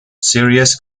serious